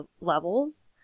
levels